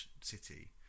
City